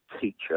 teacher